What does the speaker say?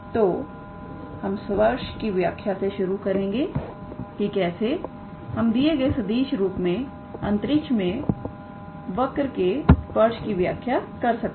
तो हम स्पर्श की व्याख्या से शुरू करेंगे कि कैसे हम दिए गए सदिश रूप में अंतरिक्ष में वर्क के स्पर्श की व्याख्या कर सकते हैं